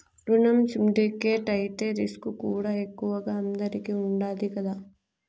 రునం సిండికేట్ అయితే రిస్కుకూడా ఎక్కువగా అందరికీ ఉండాది కదా